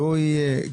לא יהיה,